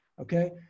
okay